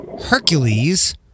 Hercules